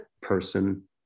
person